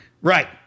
Right